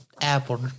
Apple